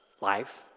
life